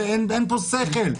אין פה שכל.